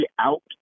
out